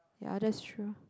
ya that's true